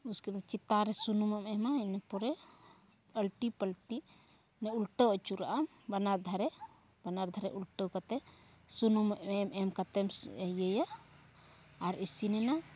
ᱩᱥᱠᱮᱵᱟᱫ ᱪᱮᱛᱟᱱ ᱨᱮ ᱥᱩᱱᱩᱢᱮᱢ ᱮᱢᱟ ᱤᱱᱟᱹᱯᱚᱨᱮ ᱟᱞᱴᱤ ᱯᱟᱹᱞᱴᱤ ᱢᱟᱱᱮ ᱩᱞᱴᱟᱹᱣ ᱟᱹᱪᱩᱨᱟᱜᱼᱟᱢ ᱵᱟᱱᱟᱨ ᱫᱷᱟᱨᱮ ᱵᱟᱱᱟᱨ ᱫᱷᱟᱨᱮ ᱩᱞᱴᱟᱹᱣ ᱠᱟᱛᱮᱫ ᱥᱩᱱᱩᱢ ᱮᱢ ᱠᱟᱛᱮᱫ ᱮᱢ ᱤᱭᱟᱹᱭᱟ ᱟᱨ ᱤᱥᱤᱱᱮᱱᱟ